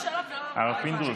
הרב פינדרוס,